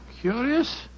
Curious